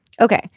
Okay